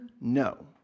No